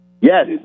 Yes